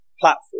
platform